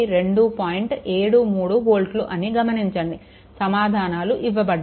73 వోల్ట్లు అని గమనించండి సమాధానాలు ఇవ్వబడ్డాయి